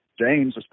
James